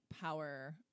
power